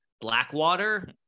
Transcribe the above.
Blackwater